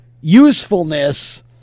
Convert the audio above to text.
usefulness